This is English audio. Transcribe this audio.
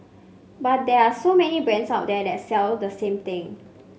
but there are so many brands out there that sell the same thing